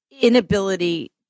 inability